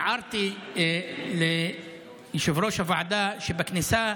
הערתי ליושב-ראש הוועדה שבכניסה